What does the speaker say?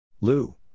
Lou